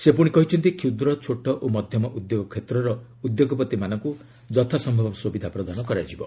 ସେ ପୁଣି କହିଛନ୍ତି କ୍ଷୁଦ୍ର ଛୋଟ ଓ ମଧ୍ୟମ ଉଦ୍ୟୋଗ କ୍ଷେତ୍ରର ଉଦ୍ୟୋଗପତିମାନଙ୍କୁ ଯଥା ସମ୍ଭବ ସୁବିଧା ପ୍ରଦାନ କରାଯିବ